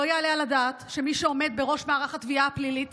לא יעלה על הדעת שמי שעומדת בראש מערך התביעה הפלילית